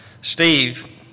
Steve